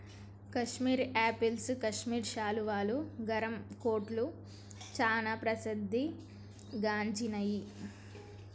Kashmir apples Kashmir శాలువాలు, గరం కోట్లు చానా ప్రసిద్ధి గడించినాయ్